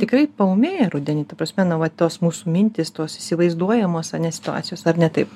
tikrai paūmėja rudenį ta prasme nu va tos mūsų mintys tos įsivaizduojamos ane situacijos ar ne taip